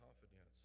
confidence